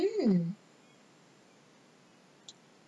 mm